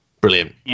Brilliant